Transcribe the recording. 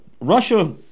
Russia